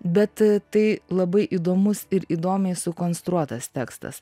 bet tai labai įdomus ir įdomiai sukonstruotas tekstas